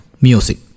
Music